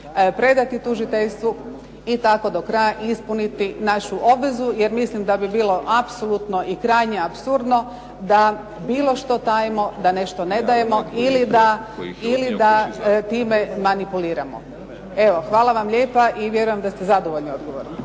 predati tužiteljstvu i tako do kraja ispuniti našu obvezu, jer mislim da bi bilo apsolutno i krajnje apsurdno da bilo što tajimo, da nešto ne dajemo ili da time manipuliramo. Evo, hvala vam lijepa i vjerujem da ste zadovoljni odgovorom.